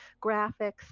graphics